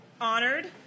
honored